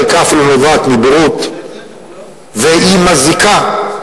חלקה אפילו נובע מבורות והיא מזיקה.